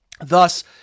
Thus